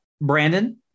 brandon